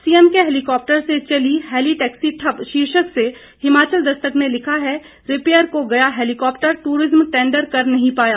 CM के helicopter से चली हेलिटैक्सी ठप्प शीर्षक से हिमाचल दस्तक ने लिखा है रिपेयर को गया हेलीकाप्टर ट्ररिज्म टेंडर कर नहीं पाया